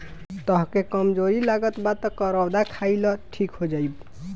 तहके कमज़ोरी लागत बा तअ करौदा खाइ लअ ठीक हो जइब